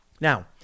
Now